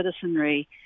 citizenry